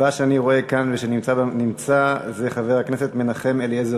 הבא שאני רואה כאן ושנמצא זה חבר הכנסת מנחם אליעזר